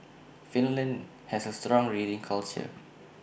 Finland has A strong reading culture